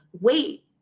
wait